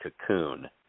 Cocoon